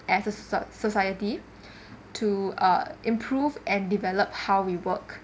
as a so~ society to uh improve and develop how we work